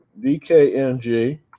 DKNG